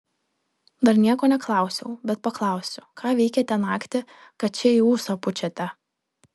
dar nieko neklausiau bet paklausiu ką veikėte naktį kad čia į ūsą pučiate